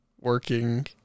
working